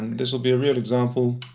this will be a real example.